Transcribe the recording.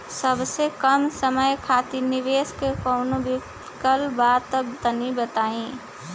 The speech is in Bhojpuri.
सबसे कम समय खातिर निवेश के कौनो विकल्प बा त तनि बताई?